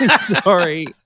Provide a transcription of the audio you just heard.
sorry